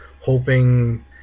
hoping